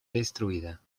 destruida